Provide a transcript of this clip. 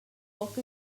poc